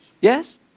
Yes